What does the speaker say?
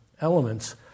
elements